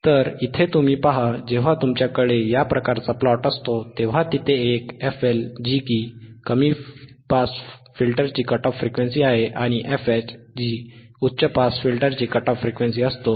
तर इथे तुम्ही पहा जेव्हा तुमच्याकडे या प्रकारचा प्लॉट असतो तेव्हा तेथे एक fLकमी पास फिल्टरची कट ऑफ व फ्रिक्वेन्सी आणि fH उच्च पास फिल्टरची कट ऑफ फ्रिक्वेन्सीअसतो